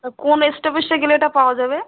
তা কোন স্টপেজটায় গেলে এটা পাওয়া যাবে